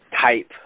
type